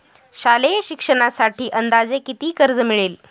शालेय शिक्षणासाठी अंदाजे किती कर्ज मिळेल?